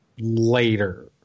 later